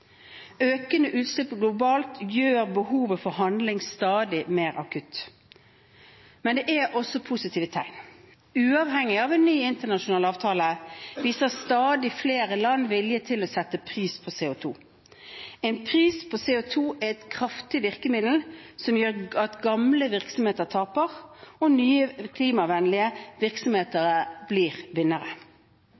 Økende utslipp globalt gjør behovet for handling stadig mer akutt. Men det er også positive tegn. Uavhengig av en ny internasjonal avtale viser stadig flere land vilje til å sette pris på CO2. En pris på CO2 er et kraftig virkemiddel som gjør at gamle virksomheter taper og nye, klimavennlige virksomheter